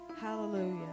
Hallelujah